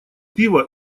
пива